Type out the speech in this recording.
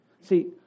See